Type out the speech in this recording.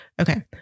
Okay